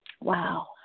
Wow